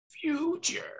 Future